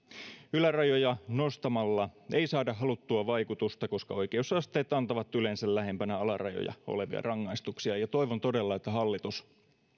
ylärajoja nostamalla ei saada haluttua vaikutusta koska oikeusasteet antavat yleensä lähempänä alarajoja olevia rangaistuksia toivon todella että hallitus